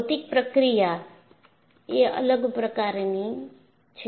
ભૌતિક પ્રક્રિયા એ અલગ પ્રકારની છે